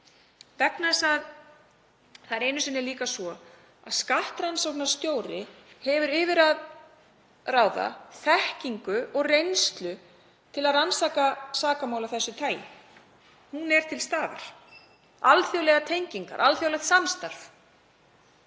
dag. Það er líka einu sinni svo að skattrannsóknarstjóri hefur yfir að ráða þekkingu og reynslu til að rannsaka sakamál af þessu tagi. Hún er til staðar. Alþjóðlegar tengingar, alþjóðlegt samstarf,